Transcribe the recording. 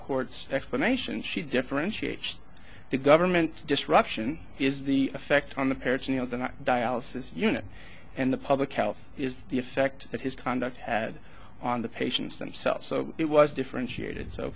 court's explanation she differentiates the government disruption is the effect on the parents you know the dialysis unit and the public health is the effect that his conduct had on the patients themselves so it was differentiated so